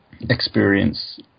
experience